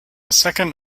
second